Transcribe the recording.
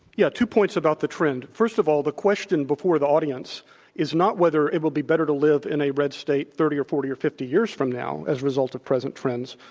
yeah, two points about the trend. first of all, the question before the audience is not whether it will be better to live in a red state thirty or forty or fifty years from now as a result of present trends,